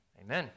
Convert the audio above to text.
Amen